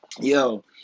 Yo